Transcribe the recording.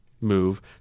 move